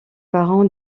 parents